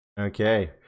Okay